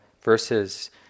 verses